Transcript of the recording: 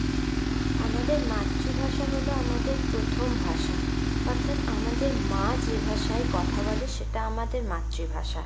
আমাদের মাতৃভাষা হলো আমাদের প্রথম ভাষা অর্থাৎ আমাদের মা যে ভাষায় কথা বলে সেটা আমাদের মাতৃভাষা